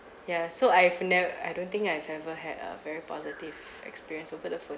ya so I've nev~ I don't think I've ever had a very positive experience over the phone